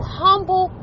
humble